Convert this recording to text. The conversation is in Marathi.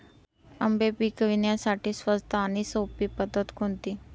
आंबे पिकवण्यासाठी स्वस्त आणि सोपी पद्धत कोणती?